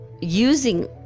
using